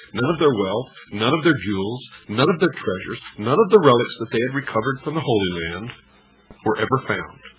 none of their wealth, none of their jewels, none of their treasures, none of the relics that have and recovered from the holy land were ever found.